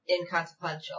inconsequential